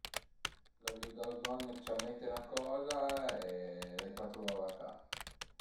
L'avìu da bezogn dë ciamate 'na coza e l'ai pa truvave a ca